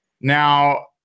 Now